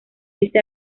dice